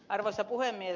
arvoisa puhemies